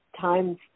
times